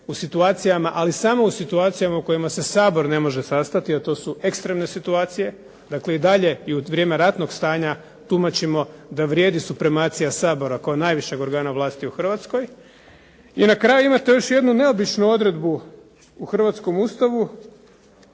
u situacijama, ali samo u situacijama u kojima se Sabor ne može sastati, a to su ekstremne situacije. Dakle i dalje i u vrijeme ratnog stanja tumačimo da vrijedi suprimacija Sabora kao najvišeg organa vlasti u Hrvatskoj. I na kraju imate još jednu neobično odredbu u hrvatskom Ustavu